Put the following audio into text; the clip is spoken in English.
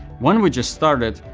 when we just started,